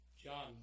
John